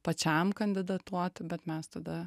pačiam kandidatuoti bet mes tada